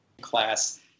class